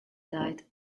died